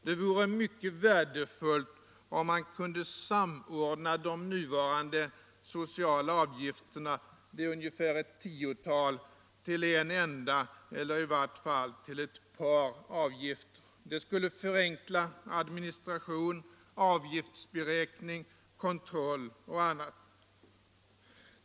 Det vore mycket värdefullt om man kunde samordna de nuvarande sociala avgifterna, det är ungefär ett tiotal, till en enda eller i varje fall till ett par avgifter. Det skulle förenkla administration, avgiftsberäkning, kontroll och annat.